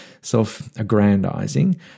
self-aggrandizing